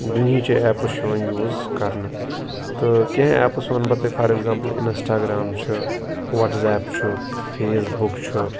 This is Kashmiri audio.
دُنہیٖچہِ ایپٕس چھِ یِوان یوٗز کَرنہٕ تہٕ کینٛہہ ایپٕس وَنہٕ بہٕ تۄہہِ فار اٮ۪کزامپٕل اِنَسٹاگرٛام چھُ وَٹزیپ چھُ فیس بُک چھُ